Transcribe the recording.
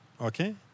Okay